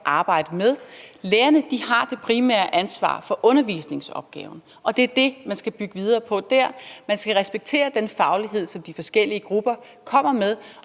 arbejde med. Lærerne har det primære ansvar for undervisningsopgaven, og det er det, man skal bygge videre på der. Man skal respektere den faglighed, som de forskellige grupper kommer med,